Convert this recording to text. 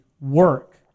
work